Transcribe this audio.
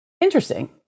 Interesting